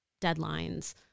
deadlines